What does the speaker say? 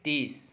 तिस